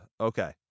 Okay